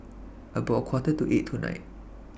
about A Quarter to eight tonight